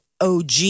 OG